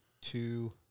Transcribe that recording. two